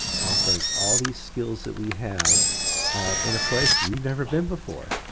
offering all these skills that we have in a place we've never been before.